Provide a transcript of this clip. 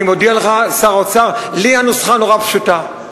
אני מודיע לך, שר האוצר, לי הנוסחה נורא פשוטה: